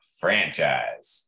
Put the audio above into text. franchise